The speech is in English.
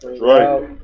Right